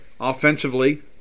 Offensively